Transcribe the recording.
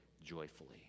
joyfully